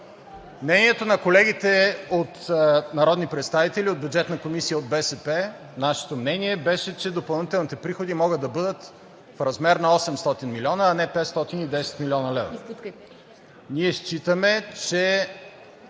Мнението на колегите народни представители от Бюджетната комисия от БСП, нашето мнение беше, че допълнителните приходи могат да бъдат в размер на 800 милиона, а не 510 млн. лв. Ние считаме, че